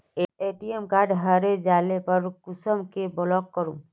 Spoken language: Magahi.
ए.टी.एम कार्ड हरे जाले पर कुंसम के ब्लॉक करूम?